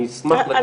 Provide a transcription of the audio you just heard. אני אשמח לתת אותו.